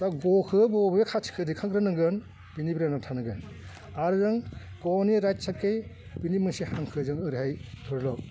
दा गखो बबे खाथिखौ दिखांग्रोनांगोन बेनि ब्रेनाव थानांगोन आरो नों ग नि राइट साइटखै बिनि मोनसे हांखोजों ओरैहाय धरिलग